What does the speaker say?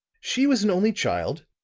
she was an only child,